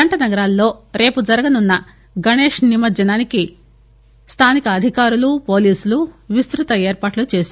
జంట నగరాల్లో రేపు జరుగనున్న గణేష్ నిమజ్ఞనానికి స్థానిక అధికారులు పోలీసులు విస్ర్పత ఏర్పాట్లు చేశారు